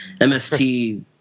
mst